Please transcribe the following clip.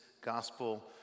gospel